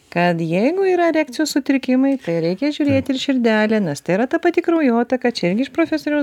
kad jeigu yra erekcijos sutrikimai tai reikia žiūrėti ir širdelę nes tai yra ta pati kraujotaka čia irgi iš profesoriaus